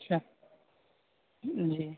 اچھا جی